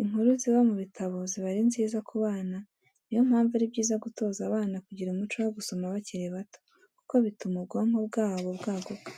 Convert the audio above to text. Inkuru ziba mu bitabo ziba ari nziza ku bana niyo mpamvu ari byiza gutoza abana kugira umuco wo gusoma bakiri bato, kuko bituma ubwonko bwabo bwaguka.